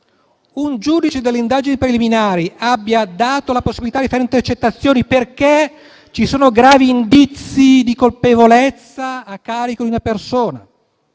un giudice delle indagini preliminari abbia dato la possibilità di fare intercettazioni perché ci sono gravi indizi di colpevolezza a carico di una persona